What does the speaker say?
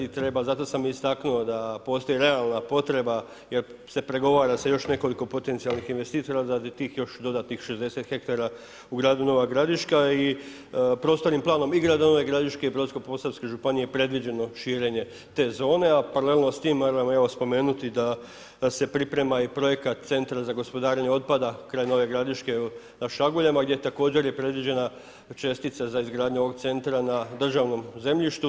Zato sam istaknuo da postoji realna potreba jer se progovara sa još nekoliko potencijalnih investitora radi tih još dodatnih 60 hektara u gradu Nova Gradiška i prostornim planom i grada Nove Gradiške i Brodsko-posavske županije predviđeno širenje te zone, a paralelno s tim moram evo spomenuti da se priprema i projekat centra za gospodarenje otpada kraj Nove Gradiške na ... gdje također je predviđena čestica za izgradnju ovog centra na državnom zemljištu.